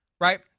right